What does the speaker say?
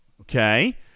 Okay